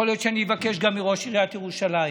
יכול היות שאני אבקש גם מראש עיריית ירושלים: